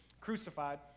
crucified